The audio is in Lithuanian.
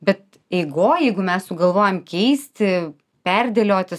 bet eigoj jeigu mes sugalvojam keisti perdėlioti